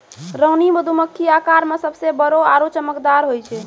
रानी मधुमक्खी आकार मॅ सबसॅ बड़ो आरो चमकदार होय छै